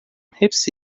hepsi